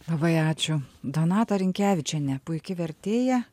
labai ačiū donata rinkevičienė puiki vertėja